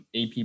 AP